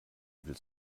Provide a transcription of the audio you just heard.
igel